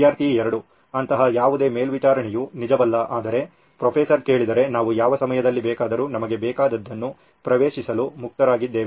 ವಿದ್ಯಾರ್ಥಿ 2 ಅಂತಹ ಯಾವುದೇ ಮೇಲ್ವಿಚಾರಣೆಯು ನಿಜವಲ್ಲ ಆದರೆ ಪ್ರೊಫೆಸರ್ ಕೇಳಿದರೆ ನಾವು ಯಾವ ಸಮಯದಲ್ಲಿ ಬೇಕಾದರು ನಮಗೆ ಬೇಕಾದದ್ದನ್ನು ಪ್ರವೇಶಿಸಲು ಮುಕ್ತರಾಗಿದ್ದೇವೆ